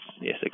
yes